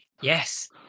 Yes